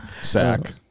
Sack